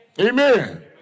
Amen